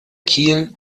kiel